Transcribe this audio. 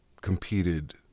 competed